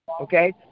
okay